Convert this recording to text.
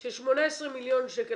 של 18 מיליון שקל,